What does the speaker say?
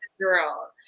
girl